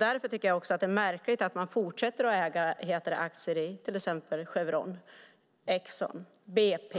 Därför tycker jag också att det är märkligt att man fortsätter att äga aktier i till exempel Chevron, Exxon, BP